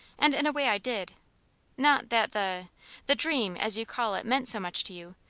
and in a way i did not that the the dream as you call it meant so much to you,